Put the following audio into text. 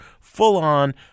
full-on